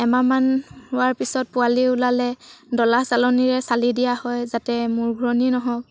এমাহমান হোৱাৰ পিছত পোৱালি ওলালে ডলা চালনীৰে চালি দিয়া হয় যাতে মূৰঘূৰণি নহওক